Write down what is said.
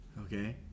Okay